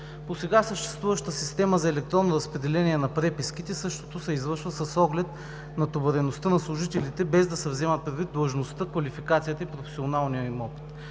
По сега съществуващата система за електронно разпределение на преписките същото се извършва с оглед натовареността на служителите, без да се взима предвид длъжността, квалификацията и професионалния им опит.